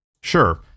Sure